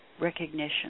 recognition